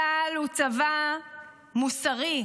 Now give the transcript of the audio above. צה"ל הוא צבא מוסרי,